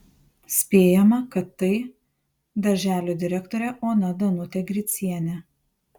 spėjama kad tai darželio direktorė ona danutė gricienė